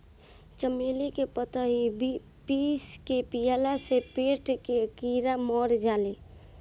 चमेली के पतइ पीस के पियला से पेट के कीड़ा मर जाले